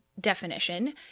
definition